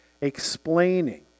explaining